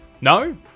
No